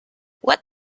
what